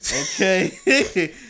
Okay